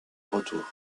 retour